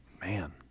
Man